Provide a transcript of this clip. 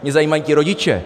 Mě zajímají ti rodiče.